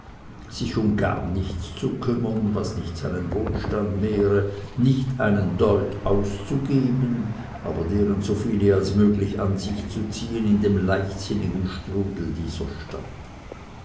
sich um gar nichts zu kümmern was nicht seinen wohlstand mehre nicht einen deut auszugeben aber deren so viele als möglich an sich zu ziehen in dem leichtsinnigen strudel dieser stadt